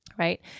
Right